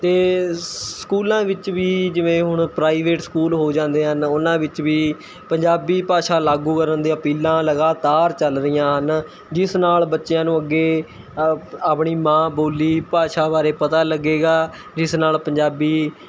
ਅਤੇ ਸਕੂਲਾਂ ਵਿੱਚ ਵੀ ਜਿਵੇਂ ਹੁਣ ਪ੍ਰਾਈਵੇਟ ਸਕੂਲ ਹੋ ਜਾਂਦੇ ਹਨ ਉਹਨਾਂ ਵਿੱਚ ਵੀ ਪੰਜਾਬੀ ਭਾਸ਼ਾ ਲਾਗੂ ਕਰਨ ਦੇ ਅਪੀਲਾਂ ਲਗਾਤਾਰ ਚੱਲ ਰਹੀਆਂ ਹਨ ਜਿਸ ਨਾਲ਼ ਬੱਚਿਆਂ ਨੂੰ ਅੱਗੇ ਅ ਆਪਣੀ ਮਾਂ ਬੋਲੀ ਭਾਸ਼ਾ ਬਾਰੇ ਪਤਾ ਲੱਗੇਗਾ ਜਿਸ ਨਾਲ਼ ਪੰਜਾਬੀ